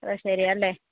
അത് ശരി അല്ലേ